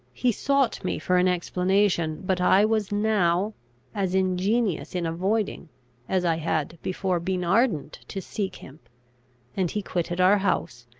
he sought me for an explanation, but i was now as ingenious in avoiding as i had before been ardent to seek him and he quitted our house,